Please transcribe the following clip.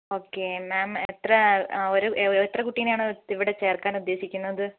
okay ma'am എത്ര ഒരു എത്ര കുട്ടീനെ ആണ് ഇവിടെ ചേർക്കാൻ ഉദ്ദേശിക്കുന്നത്